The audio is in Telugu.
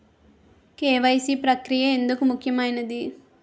కే.వై.సీ ప్రక్రియ ఎందుకు ముఖ్యమైనది?